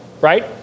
right